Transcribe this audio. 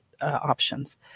options